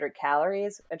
calories